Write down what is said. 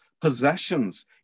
possessions